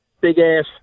big-ass